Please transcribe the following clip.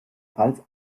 pfalz